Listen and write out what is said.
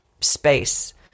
space